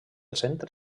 centre